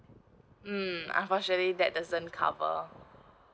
mm unfortunately that doesn't cover